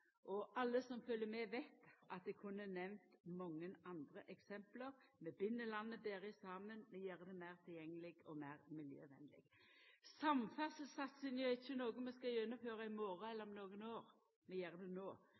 og alle som følgjer med, veit at eg kunne nemnt mange andre eksempel. Vi bind landet betre saman. Vi gjer det meir tilgjengeleg og meir miljøvennleg. Samferdselssatsinga er ikkje noko vi skal gjennomføra i morgon eller om nokre år, vi gjer det